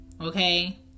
Okay